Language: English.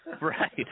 Right